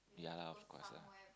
yeah lah of course ah